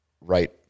right